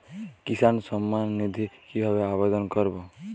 কিষান সম্মাননিধি কিভাবে আবেদন করব?